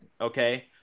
okay